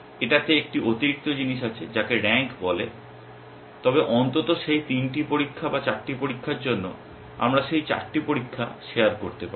এটাতে একটি অতিরিক্ত জিনিস আছে যাকে র্যাঙ্ক বলে তবে অন্তত সেই 3টি পরীক্ষা বা 4টি পরীক্ষার জন্য আমরা সেই 4টি পরীক্ষা শেয়ার করতে পারি